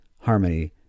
harmony